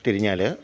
തിരിഞ്ഞാൽ